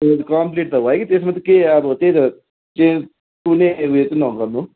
complete त भयो कि त्यसमा चाहिँ केही अब त्यही त चेन्ज कुनै उयो चाहिँ नगर्नु